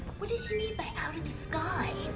what does she mean by out of the sky?